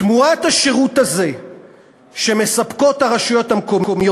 תמורת השירות הזה שמספקות הרשויות המקומיות